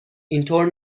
اینطور